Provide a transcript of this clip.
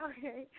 Okay